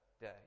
Day